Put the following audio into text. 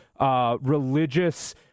religious